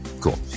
Cool